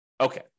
Okay